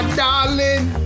darling